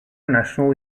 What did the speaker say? national